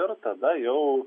ir tada jau